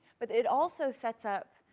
but it also sets up,